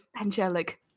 angelic